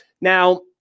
Now